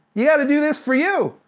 you gotta do this for you!